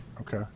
Okay